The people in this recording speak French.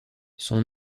son